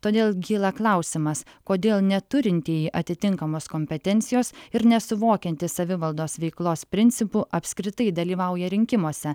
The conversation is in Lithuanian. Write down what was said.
todėl kyla klausimas kodėl neturintieji atitinkamos kompetencijos ir nesuvokiantis savivaldos veiklos principų apskritai dalyvauja rinkimuose